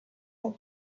her